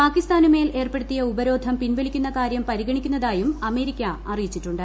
പാകിസ്ഥാനുമേൽ ഏർപ്പെടുത്തിയ ഉപ്പ്രോധം പിൻവലിക്കുന്ന കാര്യം പരിഗണിക്കുന്നതായും അമേരിക്ക അറയിച്ചിട്ടുണ്ട്